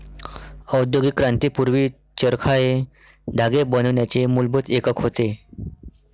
औद्योगिक क्रांती पूर्वी, चरखा हे धागे बनवण्याचे मूलभूत एकक होते